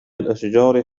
الأشجار